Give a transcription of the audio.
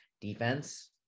defense